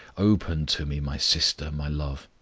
open to me, my sister, my love.